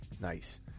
Nice